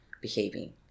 behaving